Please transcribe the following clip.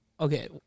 Okay